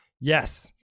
Yes